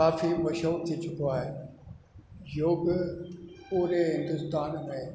काफ़ी मशहूर थी चुको आहे योग पूरे हिंदुस्तान में